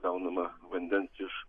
gaunama vandens iš